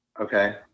Okay